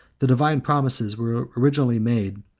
the divine promises were originally made,